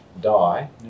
die